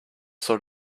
sort